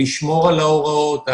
לשמור על ההוראות.